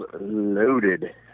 loaded